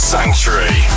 Sanctuary